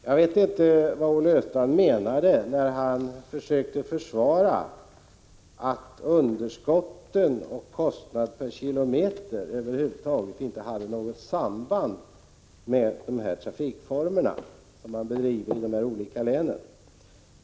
Jag vet inte vad Olle Östrand menade när han försökte försvara uppfattningen att underskotten och kostnaden per kilometer över huvud taget inte hade något samband med de trafikformer som bedrivs i de olika länen.